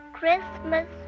Christmas